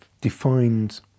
defined